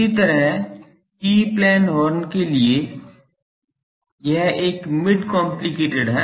इसी तरह E plane horn के लिए यह एक मिड कॉम्प्लिकेट है